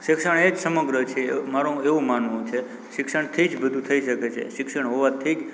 શિક્ષણ એ જ સમગ્ર છે મારું એવું માનવું છે શિક્ષણથી જ બધું થઇ શકે છે શિક્ષણ હોવાથી જ